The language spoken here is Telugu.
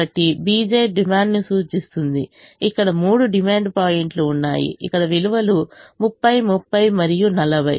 కాబట్టి bj డిమాండ్ను సూచిస్తుంది ఇక్కడ మూడు డిమాండ్ పాయింట్లు ఉన్నాయి ఇక్కడ విలువలు 30 30 మరియు 40